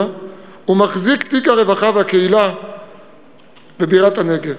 ומחזיק תיק הרווחה והקהילה בבירת הנגב.